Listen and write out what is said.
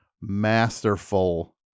masterful